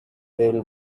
will